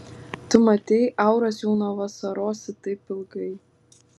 tu matei auras jau nuo vasarosi taip ilgai